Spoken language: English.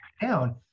down